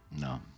No